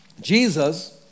Jesus